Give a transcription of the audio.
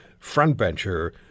frontbencher